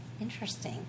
Interesting